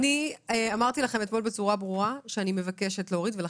אני אמרתי לכם אתמול בצורה ברורה שאני מבקשת להוריד את זה,